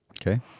Okay